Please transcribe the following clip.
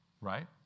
right